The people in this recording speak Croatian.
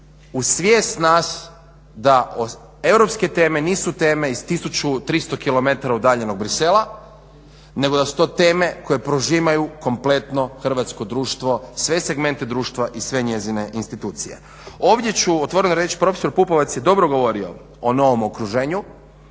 u svijest nas da europske teme nisu teme iz 1300 km udaljenog Bruxellesa, nego da su to teme koje prožimaju kompletno hrvatsko društvo, sve segmente društva i sve njezine institucije. Ovdje ću otvoreno reći prof. Pupovac je dobro govorio o novom okruženju,